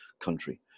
country